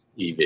EV